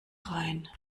rein